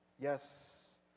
Yes